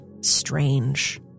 strange